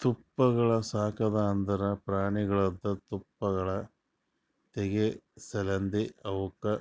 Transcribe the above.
ತುಪ್ಪಳ ಸಾಕದ್ ಅಂದುರ್ ಪ್ರಾಣಿಗೊಳ್ದು ತುಪ್ಪಳ ತೆಗೆ ಸಲೆಂದ್ ಅವುಕ್